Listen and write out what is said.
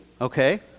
okay